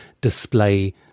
display